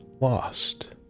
lost